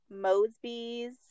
Mosby's